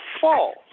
fall